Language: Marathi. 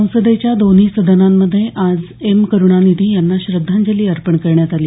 संसदेच्या दोन्ही सदनांमध्ये आज एम करुणानिधी यांना श्रद्धांजली अर्पण करण्यात आली